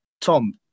Tom